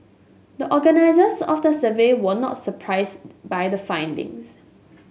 the organisers of the survey were not surprised by the findings